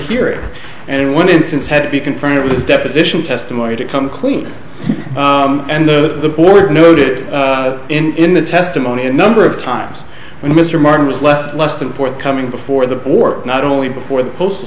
period and in one instance had to be confronted with his deposition testimony to come clean and the board noted in the testimony a number of times when mr martin was left less than forthcoming before the war not only before the postal